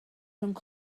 rhwng